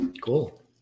Cool